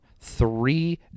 Three